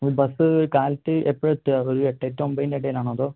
ഈ ബസ്സ് കാലത്ത് എപ്പോഴാ എത്തുക ഒരു എട്ട് എട്ട് ഒമ്പതിൻ്റെ ഇടയിൽ ആണോ അതോ